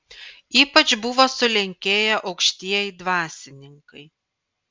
ypač buvo sulenkėję aukštieji dvasininkai